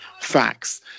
facts